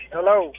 Hello